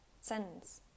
sentence